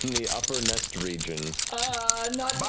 the upper nest region ah